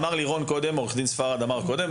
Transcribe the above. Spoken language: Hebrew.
אמר לי עורך הדין ספרד קודם,